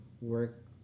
work